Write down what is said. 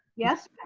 yes.